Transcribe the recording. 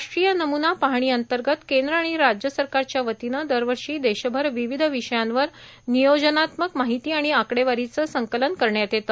राष्ट्रीय नम्ना पाहणीअंतर्गत केंद्र आणि राज्य सरकारच्यावतीन दरवर्षी देशभर विविध विषयांवर नियोजनात्मक माहिती आणि आकडेवारीच संकलन करण्यात येत